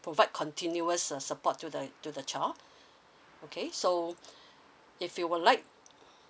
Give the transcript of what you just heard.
provide continuous uh support to the to the child okay so if you would like